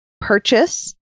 purchase